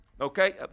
Okay